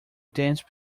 dance